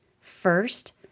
first